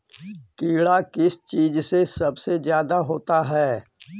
कीड़ा किस चीज से सबसे ज्यादा होता है?